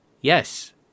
yes